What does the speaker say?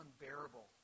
unbearable